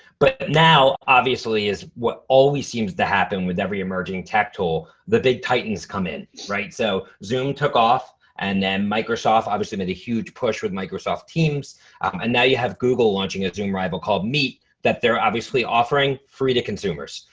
but now obviously is what always seems to happen with every emerging tech tool. the big titans come in, right? so zoom took off and then microsoft obviously made a huge push with microsoft teams and now you have google launching a zoom rival called meet that they're obviously offering free to consumers.